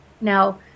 Now